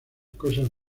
cosas